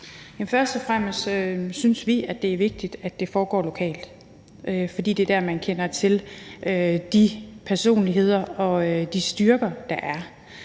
Først og fremmest synes vi, at det er vigtigt, at det foregår lokalt, for det er der, man kender til de personligheder og de styrker, der er.